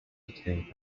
obtained